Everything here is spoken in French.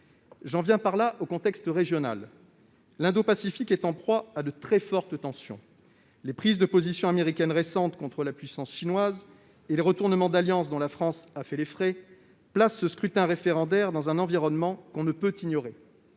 J'en viens ainsi au contexte régional. L'Indo-Pacifique est en proie à de très fortes tensions. Les prises de position américaines récentes contre la puissance chinoise et les retournements d'alliances dont la France a fait les frais placent ce scrutin référendaire dans un environnement que l'on ne peut ignorer.